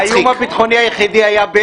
האיום הביטחוני היחיד היה בנט.